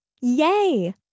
Yay